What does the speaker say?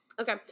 Okay